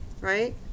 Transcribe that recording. right